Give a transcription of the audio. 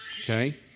okay